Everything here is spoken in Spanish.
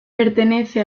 pertenece